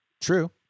True